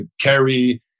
Carrie